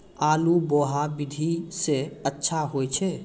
आलु बोहा विधि सै अच्छा होय छै?